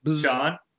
Sean